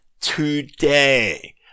today